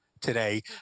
today